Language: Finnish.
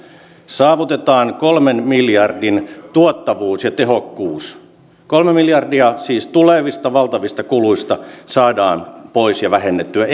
saavutetaan kolmen miljardin tuottavuus ja tehokkuus kolme miljardia siis tulevista valtavista kuluista saadaan pois ja vähennettyä